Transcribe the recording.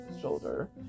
shoulder